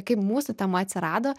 kaip mūsų tema atsirado